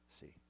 See